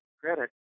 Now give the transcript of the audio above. credit